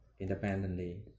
independently